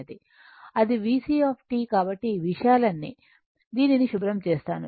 అది VC కాబట్టి ఈ విషయాలన్నీ దీనిని శుభ్రం చేస్తాను